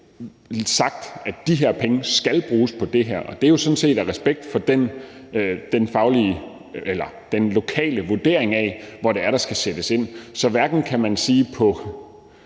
sagt, at de her penge skal bruges på det her. Det er sådan set af respekt for den lokale vurdering af, hvor det er, der skal sættes ind. Så man kan sige,